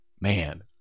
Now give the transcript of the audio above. Man